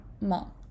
mom